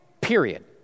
Period